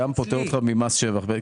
זה גם פוטר אותך ממס שבח.